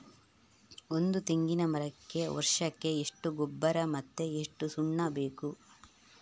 ಒಂದು ತೆಂಗಿನ ಮರಕ್ಕೆ ವರ್ಷಕ್ಕೆ ಎಷ್ಟು ಗೊಬ್ಬರ ಮತ್ತೆ ಎಷ್ಟು ಸುಣ್ಣ ಬೇಕು?